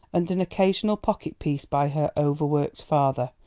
and an occasional pocket-piece by her overworked father,